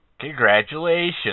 Congratulations